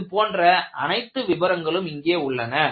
இது போன்ற அனைத்து விபரங்களும் இங்கே உள்ளன